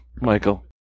Michael